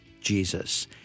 Jesus